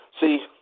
See